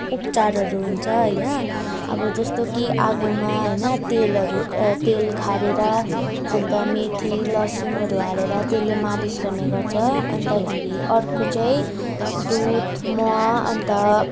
उपचारहरू हुन्छ होइन अब जस्तो कि आगोमा होइन तेलहरू तेल खारेर अन्त मेथी लसुनहरू हालेर तेलले मालिस गर्ने गर्छ अन्तखेरि अर्को चाहिँ दुध मह अन्त